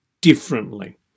differently